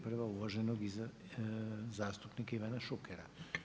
Prva uvaženog zastupnika Ivana Šukera.